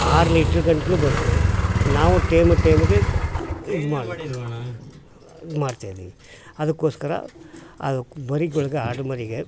ಆರು ಲೀಟ್ರು ಗಂಟ್ಲೂ ನಾವು ಟೇಮ ಟೇಮಗೆ ಇದು ಮಾಡಿ ಮಾಡ್ತಾಯಿದೀವಿ ಅದಕ್ಕೋಸ್ಕರ ಅದು ಮರಿಗಳ್ಗೆ ಆಡು ಮರಿಗೆ